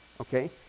Okay